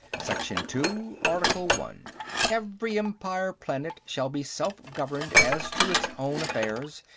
section two, article one every empire planet shall be self-governed as to its own affairs,